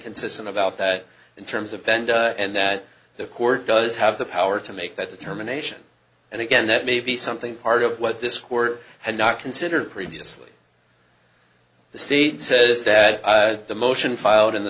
consistent about that in terms of bend and that the court does have the power to make that determination and again that may be something part of what this court had not considered previously the state says that the motion filed in the